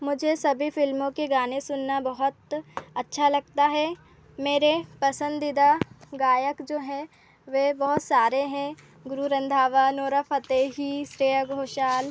मुझे सभी फ़िल्मों के गाने सुनना बहुत अच्छा लगता है मेरे पसंदीदा गायक जो हैं वे बहुत सारे हैं गुरू रंधावा नोरा फ़तेही श्रेया घोषाल